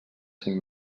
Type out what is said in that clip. cinc